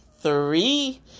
three